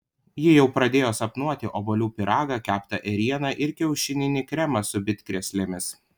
ji jau pradėjo sapnuoti obuolių pyragą keptą ėrieną ir kiaušininį kremą su bitkrėslėmis